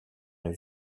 d’un